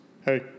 Hey